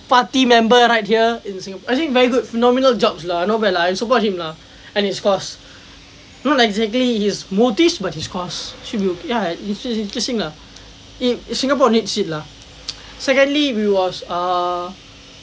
party member right here in singapore I think very good phenomenal jobs lah not bad lah I support him lah and his cause not exactly his motives but he cause should be ya it's interesting lah eh singapore needs it lah secondly he was err